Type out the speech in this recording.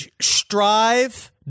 strive